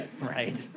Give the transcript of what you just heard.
right